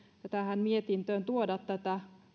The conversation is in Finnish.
tähän mietintöön tuoda tätä